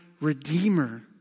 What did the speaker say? redeemer